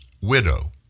widow